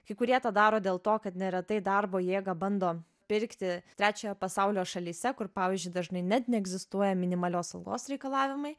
kai kurie tą daro dėl to kad neretai darbo jėgą bando pirkti trečiojo pasaulio šalyse kur pavyzdžiui dažnai net neegzistuoja minimalios algos reikalavimai